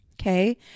Okay